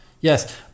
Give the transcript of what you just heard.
Yes